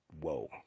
Whoa